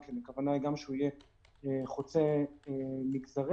הכוונה היא שהוא יהיה חוצה מגזרים,